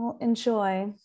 Enjoy